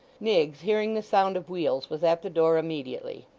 miggs hearing the sound of wheels was at the door immediately.